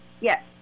Yes